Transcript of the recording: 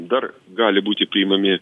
dar gali būti priimami